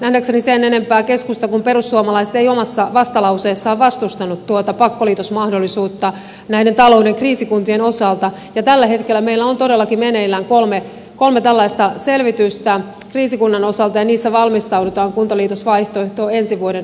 nähdäkseni sen enempää keskusta kuin perussuomalaiset ei omassa vastalauseessaan vastustanut tuota pakkoliitosmahdollisuutta näiden talouden kriisikuntien osalta ja tällä hetkellä meillä on todellakin meneillään kolme tällaista selvitystä kriisikunnan osalta ja niissä valmistaudutaan kuntaliitosvaihtoehtoon ensi vuoden alusta asti